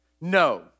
No